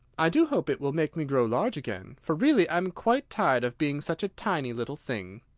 i do hope it will make me grow large again, for really i'm quite tired of being such a tiny little thing!